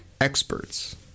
experts